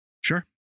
Sure